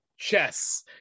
chess